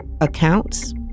accounts